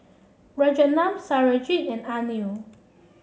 Rajaratnam Satyajit and Anil